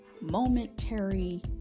momentary